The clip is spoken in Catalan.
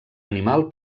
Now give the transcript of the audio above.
animal